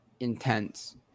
intense